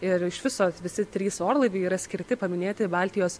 ir iš viso visi trys orlaiviai yra skirti paminėti baltijos